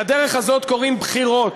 לדרך הזאת קוראים בחירות.